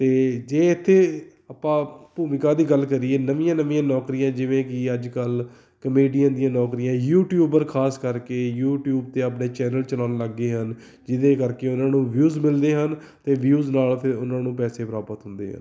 ਅਤੇ ਜੇ ਇੱਥੇ ਆਪਾਂ ਭੂਮਿਕਾ ਦੀ ਗੱਲ ਕਰੀਏ ਨਵੀਆਂ ਨਵੀਆਂ ਨੌਕਰੀਆਂ ਜਿਵੇਂ ਕਿ ਅੱਜ ਕੱਲ੍ਹ ਕਮੇਡੀਆਂ ਦੀਆਂ ਨੌਕਰੀਆਂ ਯੂਟਿਊਬਰ ਖਾਸ ਕਰਕੇ ਯੂਟਿਊਬ 'ਤੇ ਆਪਣੇ ਚੈਨਲ ਚਲਾਉਣ ਲੱਗ ਗਏ ਹਨ ਜਿਹਦੇ ਕਰਕੇ ਉਹਨਾਂ ਨੂੰ ਵਿਊਜ਼ ਮਿਲਦੇ ਹਨ ਅਤੇ ਵਿਊਜ਼ ਨਾਲ ਫਿਰ ਉਹਨਾਂ ਨੂੰ ਪੈਸੇ ਪ੍ਰਾਪਤ ਹੁੰਦੇ ਹਨ